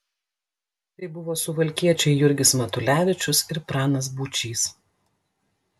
tai buvo suvalkiečiai jurgis matulevičius ir pranas būčys